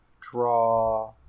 draw